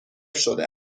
شده